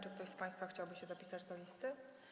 Czy ktoś z państwa chciałby się dopisać do listy?